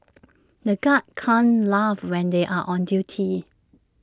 the guards can't laugh when they are on duty